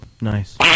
nice